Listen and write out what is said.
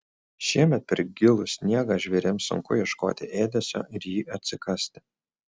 šiemet per gilų sniegą žvėrims sunku ieškoti ėdesio ir jį atsikasti